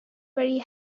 very